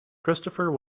christopher